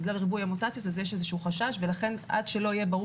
בגלל ריבוי המוטציות יש איזשהו חשש ולכן עד שלא יהיה ברור